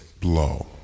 blow